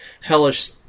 hellish